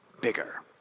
bigger